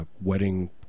wedding